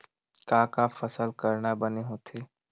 का का फसल करना बने होथे?